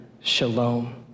Shalom